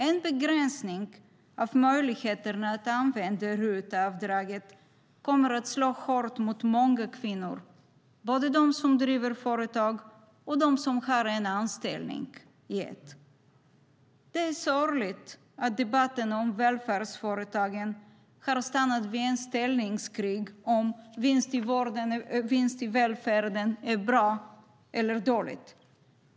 En begränsning av möjligheterna att använda RUT-avdraget kommer att slå hårt mot många kvinnor, både mot dem som leder företag och mot dem som har en anställning i ett av dessa företag. Det är sorgligt att debatten om välfärdsföretagen har stannat vid ett ställningskrig om huruvida vinst i välfärden är bra eller dåligt.